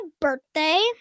birthday